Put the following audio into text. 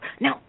no